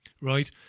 right